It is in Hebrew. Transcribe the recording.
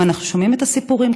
ואנחנו שומעים את הסיפורים,